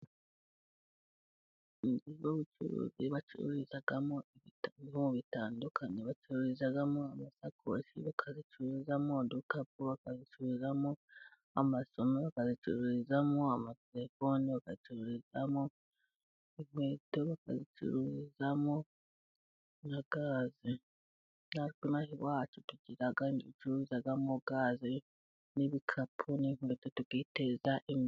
Iduka bacururizamo ibicuruzwa bitandukanye. Bacururizamo amasakoshi, bagacururizamo udukapu, bagacururizamo amasume, bagacururizam amatelefoni, bagacururizamo inkweto, bagacururizamo na gazi. Natwe ino aha iwacu tugira ayacururizwamo gazi n'ibikapu n'inkweto tukiteza imbere.